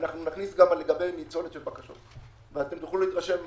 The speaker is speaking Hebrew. אנחנו נכניס גם לגבי הניצולת של הבקשות ואתם תוכלו להתרשם מהכול.